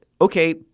okay